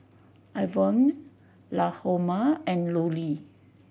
Ivonne Lahoma and Lulie